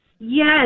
Yes